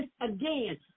again